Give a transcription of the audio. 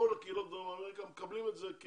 הקהילות בדרום אמריקה מקבלים את זה,